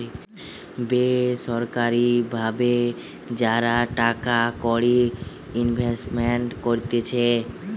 বেসরকারি ভাবে যারা টাকা কড়ি ইনভেস্ট করতিছে